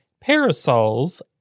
parasols